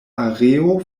areo